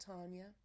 Tanya